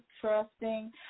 trusting